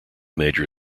major